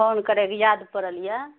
phone करए लए याद परल यऽ